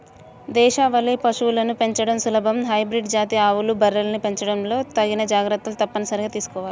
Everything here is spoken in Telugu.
దేశవాళీ పశువులను పెంచడం సులభం, హైబ్రిడ్ జాతి ఆవులు, బర్రెల్ని పెంచడంలో తగిన జాగర్తలు తప్పనిసరిగా తీసుకోవాల